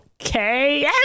Okay